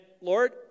Lord